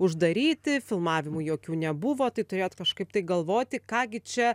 uždaryti filmavimų jokių nebuvo tai turėjot kažkaip tai galvoti ką gi čia